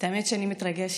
האמת, אני מתרגשת.